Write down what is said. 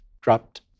dropped